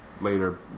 later